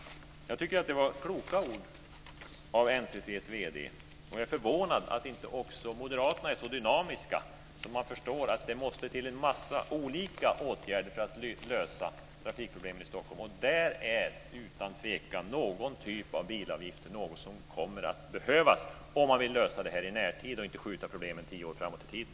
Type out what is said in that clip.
Jag tycker att det var kloka ord av NCC:s vd, och jag är förvånad över att inte också Moderaterna är så dynamiska att de förstår att det måste till en massa olika åtgärder för att lösa trafikproblemen i Stockholm. Där är utan tvekan någon typ av bilavgifter någonting som kommer att behövas om man vill lösa det här i en närtid, och inte skjuta problemen tio år framåt i tiden.